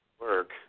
work